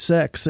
Sex